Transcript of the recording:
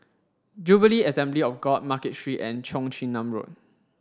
Jubilee Assembly of God Market Street and Cheong Chin Nam Road